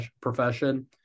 profession